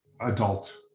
adult